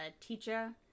teacher